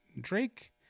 Drake